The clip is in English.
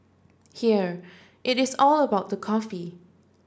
here it is all about the coffee